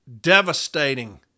devastating